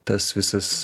tas visas